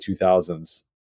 2000s